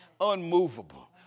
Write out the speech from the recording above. unmovable